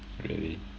really